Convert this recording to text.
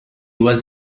was